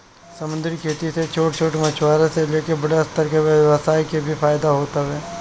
समंदरी खेती से छोट छोट मछुआरा से लेके बड़ स्तर के व्यवसाय के भी फायदा होत हवे